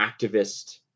activist